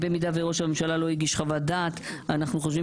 במידה שראש הממשלה לא הגיש חוות דעת אנחנו חושבים